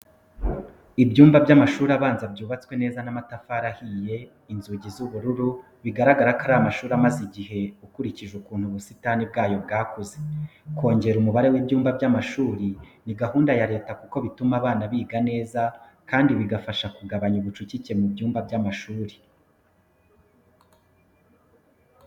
Ibyumba by'amashuri abanza byubatswe neza n'amatafari ahiye, inzugi z'ubururu, bigaragara ko ari amashuri amaze igihe ukurikije ukuntu ubusitani bwayo bwakuze. Kongera umubare w'ibyumba by'amashuri ni gahunda ya leta kuko bituma abana biga neza kandi bigafasha kugabanya ubucucike mu byumba by’amashuri.